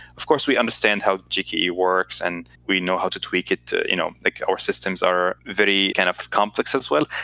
of course we understand how gke works, and we know how to tweak it to you know like our systems are very kind of complex as well.